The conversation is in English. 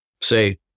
Say